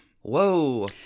Whoa